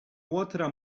łotra